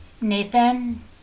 Nathan